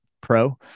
Pro